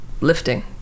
lifting